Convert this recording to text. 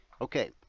Okay